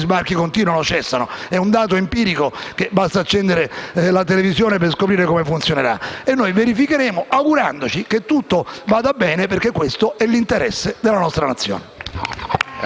sbarchi continuano o cessano. È un dato empirico: basterà accendere la televisione per scoprire come andrà la missione. Noi verificheremo, augurandoci che vada tutto bene, perché questo è l'interesse della nostra Nazione.